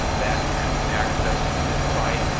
that you can access through this site.